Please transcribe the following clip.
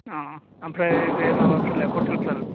अ ओमफ्राय बे माबाफोरालाय हटेल फोरालाय